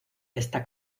esta